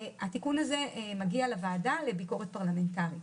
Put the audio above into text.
התיקון הזה מגיע לוועדה לביקורת פרלמנטרית.